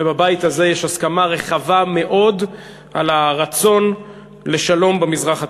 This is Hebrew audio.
ובבית הזה יש הסכמה רחבה מאוד על הרצון לשלום במזרח התיכון.